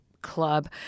club